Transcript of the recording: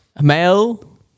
Male